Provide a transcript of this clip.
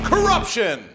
Corruption